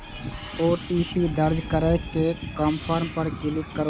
OTP दर्ज करै के कंफर्म पर क्लिक करू